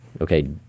okay